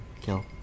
kill